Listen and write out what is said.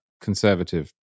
conservative